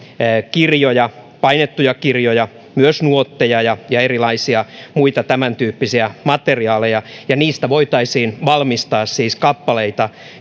kirjoja painettuja kirjoja myös nuotteja ja ja erilaisia muita tämäntyyppisiä materiaaleja niistä voitaisiin valmistaa siis kappaleita